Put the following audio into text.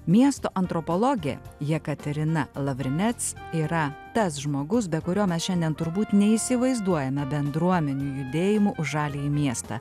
miesto antropologė jekaterina lavrinet yra tas žmogus be kurio mes šiandien turbūt neįsivaizduojame bendruomenių judėjimų už žaliąjį miestą